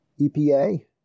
EPA